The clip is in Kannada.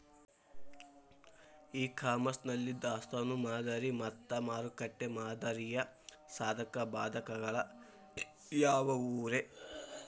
ಇ ಕಾಮರ್ಸ್ ನಲ್ಲಿ ದಾಸ್ತಾನು ಮಾದರಿ ಮತ್ತ ಮಾರುಕಟ್ಟೆ ಮಾದರಿಯ ಸಾಧಕ ಬಾಧಕಗಳ ಯಾವವುರೇ?